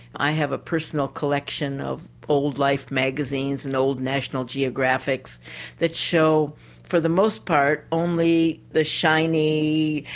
i have a personal collection of old life magazines and old national geographics that show for the most part only the shiny,